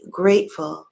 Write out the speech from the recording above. grateful